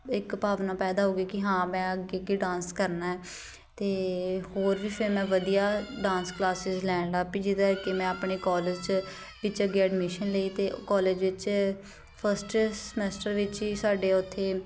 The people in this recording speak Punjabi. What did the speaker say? ਇੱਕ ਭਾਵਨਾ ਪੈਦਾ ਹੋ ਗਈ ਕਿ ਹਾਂ ਮੈਂ ਅੱਗੇ ਅੱਗੇ ਡਾਂਸ ਕਰਨਾ ਹੈ ਅਤੇ ਹੋਰ ਵੀ ਫਿਰ ਮੈਂ ਵਧੀਆ ਡਾਂਸ ਕਲਾਸਿਸ ਲੈਣ ਲਾਪੀ ਜਿੱਦਾਂ ਕਿ ਮੈਂ ਆਪਣੇ ਕੋਲਜ 'ਚ ਜਿਹ 'ਚ ਅੱਗੇ ਐਡਮਿਸ਼ਨ ਲਈ ਅਤੇ ਕੋਲਜ ਵਿੱਚ ਫਸਟ ਸਮੈਸਟਰ ਵਿੱਚ ਹੀ ਸਾਡੇ ਉੱਥੇ